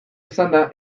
izanda